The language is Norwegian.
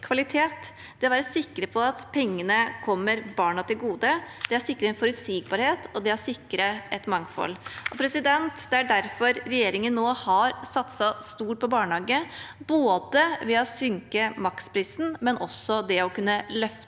Det å være sikre på at pengene kommer barna til gode, sikrer forutsigbarhet og det sikrer et mangfold. Det er derfor regjeringen nå har satset stort på barnehage, både ved å senke maksprisen og også ved å kunne løfte